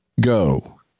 go